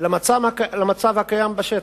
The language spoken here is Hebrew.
למצב הקיים בשטח.